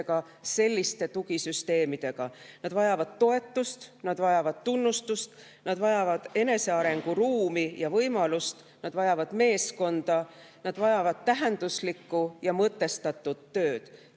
selliste tugisüsteemidega. Nad vajavad toetust, nad vajavad tunnustust, nad vajavad enesearengu ruumi ja võimalust, nad vajavad meeskonda, nad vajavad tähenduslikku ja mõtestatud tööd.